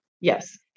Yes